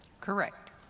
Correct